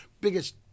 biggest